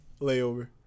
Layover